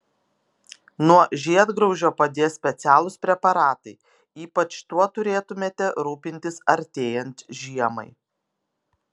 nuo žiedgraužio padės specialūs preparatai ypač tuo turėtumėte rūpintis artėjant žiemai